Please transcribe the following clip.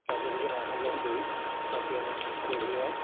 কাৰ্যসূচীত অংশগ্ৰহণ কৰি মই P M K V Y